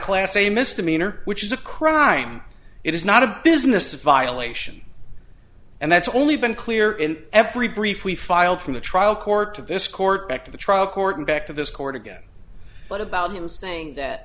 class a misdemeanor which is a crime it is not a business violation and that's only been clear in every brief we filed from the trial court to this court back to the trial court and back to this court again but about him saying that